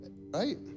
Right